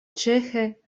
ĉeĥe